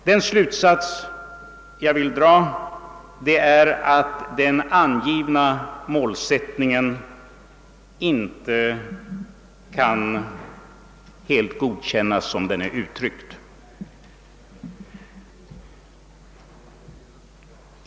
Den slutsats jag vill dra är att den angivna målsättningen inte kan helt godkännas som den är uttryckt.